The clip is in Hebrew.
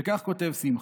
וכך כותב שמחה: